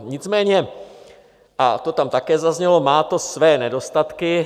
Nicméně, a to tam také zaznělo, má to své nedostatky.